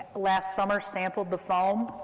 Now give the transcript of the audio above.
last summer, sampled the foam.